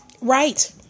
Right